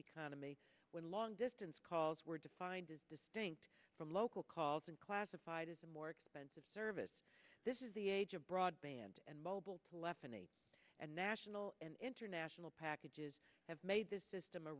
economy when long distance calls were defined as distinct from local calls and classified as a more expensive service this is the age of broadband and mobile telepathy and national and international packages have made this system